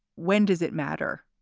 when does it matter?